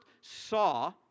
saw